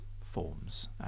forms